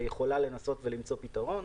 ויכולה למצוא פתרון,